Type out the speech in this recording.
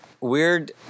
weird